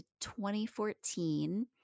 2014